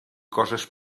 coses